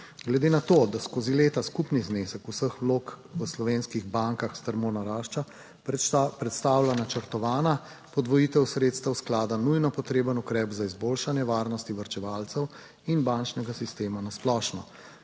Glede na to, da skozi leta skupni znesek vseh vlog v slovenskih bankah strmo narašča, predstavlja načrtovana podvojitev sredstev sklada nujno potreben ukrep za izboljšanje varnosti varčevalcev in bančnega sistema na splošno,